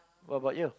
what about you